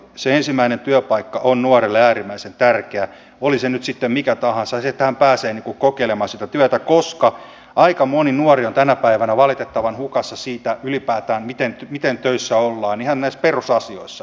se ensimmäinen työpaikka on nuorelle äärimmäisen tärkeä oli se nyt sitten mikä tahansa ja se että hän pääsee kokeilemaan sitä työtä koska aika moni nuori on tänä päivänä valitettavan hukassa siitä ylipäätään miten töissä ollaan ihan näistä perusasioista